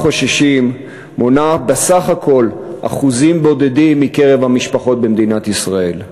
חוששים מונות בסך הכול אחוזים בודדים בקרב המשפחות במדינת ישראל.